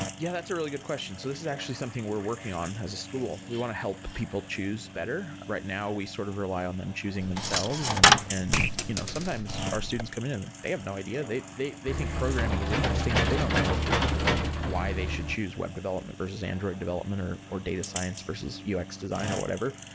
yeah, that's a really good question. so this is actually something we're working on as a school. we want to help people choose better. right now, we sort of rely on them choosing themselves, and and you know sometimes our students come in and they have no idea. they they think programming is interesting, but they don't know why they should choose web development versus android development, or or data science versus ux design or whatever.